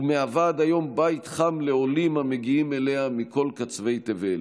ועד היום היא בית חם לעולים המגיעים אליה מכל קצווי תבל.